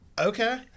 Okay